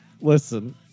listen